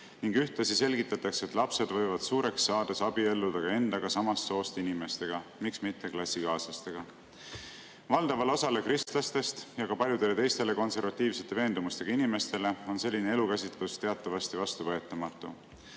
ning ühtlasi selgitatakse, et lapsed võivad suureks saades abielluda ka endaga samast soost inimestega, miks mitte klassikaaslastega. Valdavale osale kristlastest ja ka paljudele teistele konservatiivsete veendumustega inimestele on selline elukäsitlus teatavasti vastuvõetamatu.